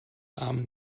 armen